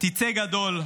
תצא גדול,